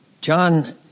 John